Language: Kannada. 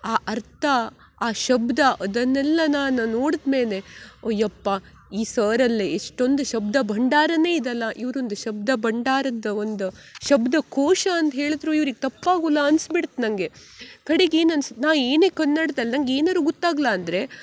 ಆ ಅರ್ಥ ಆ ಶಬ್ದ ಅದನ್ನೆಲ್ಲ ನಾನು ನೋಡಿದ್ಮೇಲೆ ಅಯ್ಯಪ್ಪ ಈ ಸರಲ್ಲಿ ಎಷ್ಟೊಂದು ಶಬ್ದಭಂಡಾರವೇ ಇದ್ಯಲ್ಲ ಇವರೊಂದು ಶಬ್ದಭಂಡಾರದ ಒಂದು ಶಬ್ದಕೋಶ ಅಂದು ಹೇಳಿದರೂ ಇವ್ರಿಗೆ ತಪ್ಪಾಗುಲ್ಲ ಅನ್ಸ್ಬಿಡ್ತು ನನಗೆ ಕಡಿಗೆ ಏನು ಅನ್ಸ್ತು ನಾ ಏನೇ ಕನ್ನಡ್ದಲ್ಲಿ ನಂಗೆ ಏನಾದ್ರು ಗೊತ್ತಾಗ್ಲ ಅಂದರೆ